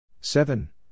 seven